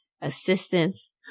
assistance